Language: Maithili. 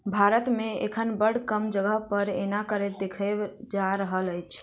भारत मे एखन बड़ कम जगह पर एना करैत देखल जा रहल अछि